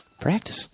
Practice